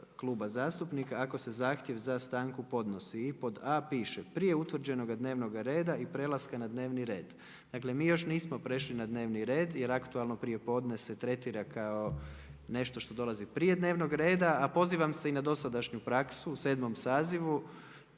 kluba zastupnika, ako se zahtjev za stanku podnosi i pod a) piše: „Prije utvrđenoga dnevnoga reda i prelaska na dnevni red. Dakle, mi još nismo prešli na dnevni red, jer aktualno prijepodne se tretira kao nešto što dolazi prije dnevnog reda. A pozivam se i na dosadašnju praksu sedmom sazivu,